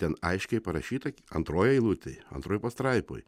ten aiškiai parašyta antroj eilutėj antroj pastraipoj